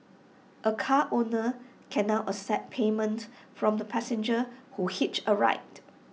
A car owner can now accept payment from the passengers who hitch A ride